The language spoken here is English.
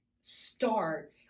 start